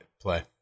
play